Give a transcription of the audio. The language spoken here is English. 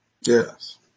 Yes